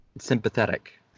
sympathetic